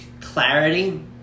clarity